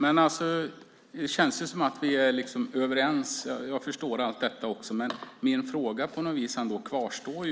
Herr talman! Det känns som om vi är överens. Jag förstår allt detta, men min fråga kvarstår.